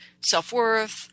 self-worth